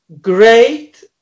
great